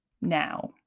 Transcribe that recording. now